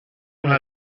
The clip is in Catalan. una